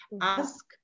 Ask